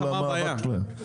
לא.